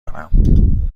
دارم